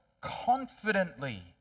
confidently